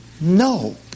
no